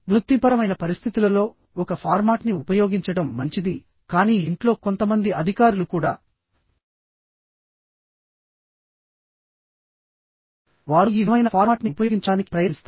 వృత్తిపరమైన పరిస్థితులలో ఒక ఫార్మాట్ ని ఉపయోగించడం మంచిది కానీ ఇంట్లో కొంతమంది అధికారులు కూడా వారు ఈ విధమైన ఫార్మాట్ ని ఉపయోగించడానికి ప్రయత్నిస్తారు